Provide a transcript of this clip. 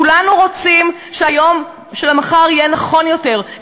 כולנו רוצים שיום המחר יהיה נכון יותר,